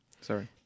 Sorry